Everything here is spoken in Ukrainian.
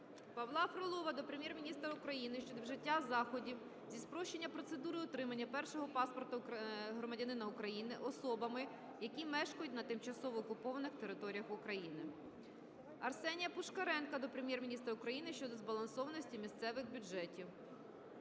Павла Фролова до Прем'єр-міністра України щодо вжиття заходів зі спрощення процедури отримання першого паспорта громадянина України особами, які мешкають на тимчасово окупованих територіях України. Арсенія Пушкаренка до Прем'єр-міністра України щодо збалансованості місцевих бюджетів.